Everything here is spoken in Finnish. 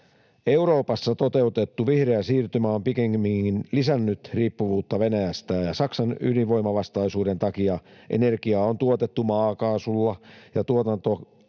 Euroopassa toteutettu vihreä siirtymä on pikemminkin lisännyt riippuvuutta Venäjästä, ja Saksan ydinvoimavastaisuuden takia energiaa on tuotettu maakaasulla ja tuotantoakin